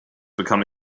become